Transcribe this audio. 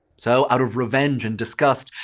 so out of revenge and disgust,